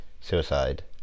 suicide